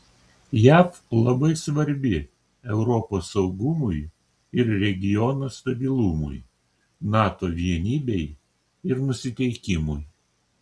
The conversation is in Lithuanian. jav labai svarbi europos saugumui ir regiono stabilumui nato vienybei ir nusiteikimui